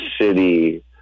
city